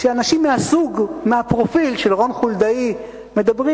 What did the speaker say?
שאנשים מהסוג, מהפרופיל, של רון חולדאי מדברים.